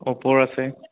অ'প'ৰ আছে